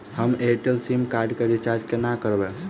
हम Airtel sim card केँ recharge कोना करबै?